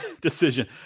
decision